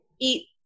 eat